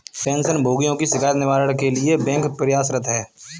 pension भोगियों की शिकायत निवारण के लिए बैंक प्रयासरत है